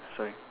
sorry